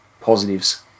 positives